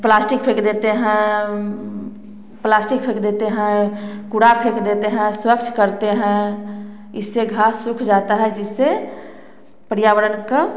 plastic फेंक देते हैं प्लास्टिक फेंक देते हैं कूड़ा फेंक देते हैं स्वच्छ करते हैं इससे घास सूख जाता है जिससे पर्यावरण का